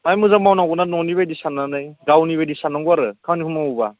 बाहाय मोजां मावनांगौना न'नि बायदि साननानै गावनि बायदि साननांगौ आरो खामानिखौ मावोब्ला